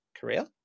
Korea